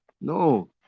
no